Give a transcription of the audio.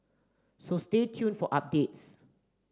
so stay tuned for updates